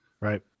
Right